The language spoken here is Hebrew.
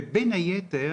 ובין היתר